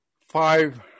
five